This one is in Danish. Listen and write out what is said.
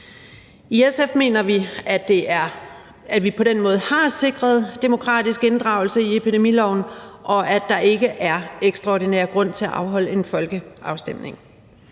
I SF mener vi, at vi på den måde har sikret demokratisk inddragelse i epidemiloven, og at der ikke er en ekstraordinær grund til at afholde en folkeafstemning.